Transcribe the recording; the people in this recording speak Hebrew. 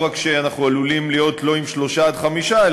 לא רק שאנחנו עלולים להיות לא עם שלושה עד חמישה,